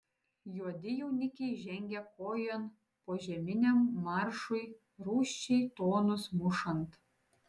juodi jaunikiai žengia kojon požeminiam maršui rūsčiai tonus mušant